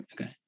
okay